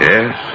Yes